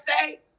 say